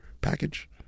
package